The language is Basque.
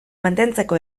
mantentzeko